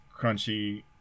crunchy